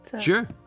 Sure